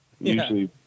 Usually